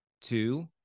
Two